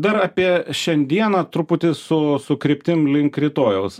dar apie šiandieną truputį su su kryptim link rytojaus